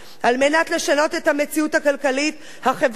על מנת לשנות את המציאות הכלכלית החברתית,